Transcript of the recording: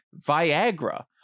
Viagra